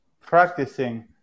practicing